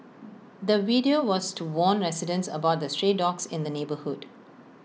the video was to warn residents about the stray dogs in the neighbourhood